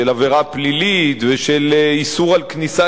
של עבירה פלילית ושל איסור על כניסה